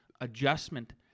adjustment